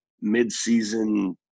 mid-season